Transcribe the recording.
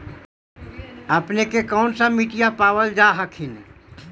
अपने के कौन सा मिट्टीया पाबल जा हखिन?